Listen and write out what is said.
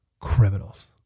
criminals